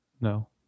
No